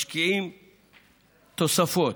משקיעים תוספות.